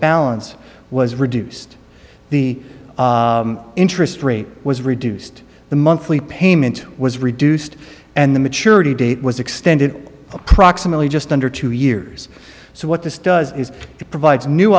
balance was reduced the interest rate was reduced the monthly payment was reduced and the maturity date was extended approximately just under two years so what this does is it provides new